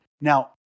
now